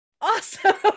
awesome